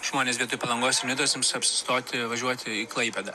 žmonės vietoj palangos ir nidos ims apsistoti važiuoti į klaipėdą